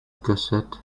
cassette